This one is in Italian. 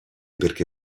perché